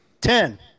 Ten